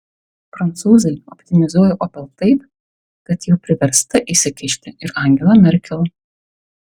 prancūzai optimizuoja opel taip kad jau priversta įsikišti ir angela merkel